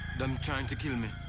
them trying to kill